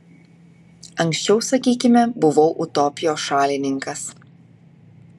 anksčiau sakykime buvau utopijos šalininkas